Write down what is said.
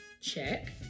Check